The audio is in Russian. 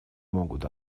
могут